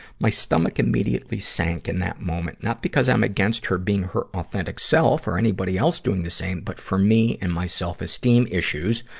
my stomach immediately sank in that moment. not because i'm against her being her authentic self, or anybody else doing the same, but for me and my self-esteem issues,